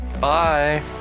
Bye